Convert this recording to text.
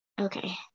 Okay